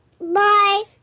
Bye